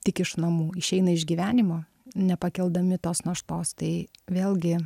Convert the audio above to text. tik iš namų išeina iš gyvenimo nepakeldami tos naštos tai vėlgi